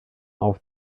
auf